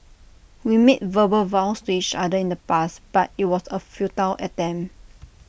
we made verbal vows to each other in the past but IT was A futile attempt